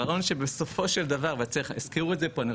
הרעיון שבסופו של דבר, תזכרו את זה, גם